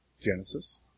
Genesis